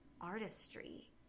artistry